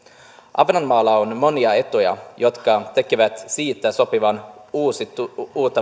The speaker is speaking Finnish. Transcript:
ahvenanmaalla on monia etuja jotka tekevät siitä sopivan uusiutuvaan